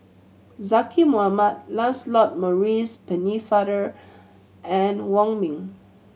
Zaqy Mohamad Lancelot Maurice Pennefather and Wong Ming